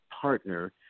partner